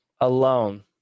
Alone